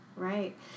right